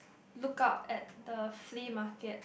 look out at the flea market